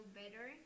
better